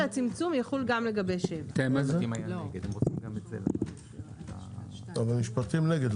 אז הכלל של הצמצום יחול גם לגבי 7. המשפטים נגד,